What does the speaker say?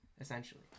essentially